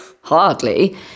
Hardly